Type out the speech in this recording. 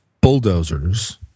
bulldozers